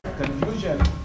confusion